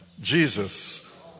Jesus